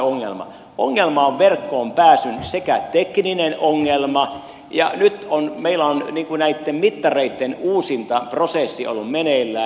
ongelma on verkkoon pääsyn tekninen ongelma ja nyt meillä on näitten mittareitten uusintaprosessi ollut meneillään